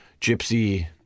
gypsy